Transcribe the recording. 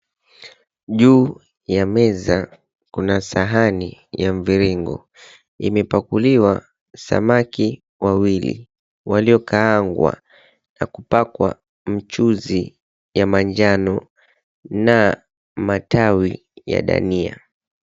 Juu ya meza, kuna sahani ya mviringo. Imepakuliwa samaki wawili waliokaangwa na kupakwa mchuzi ya manjano na matawi ya dania.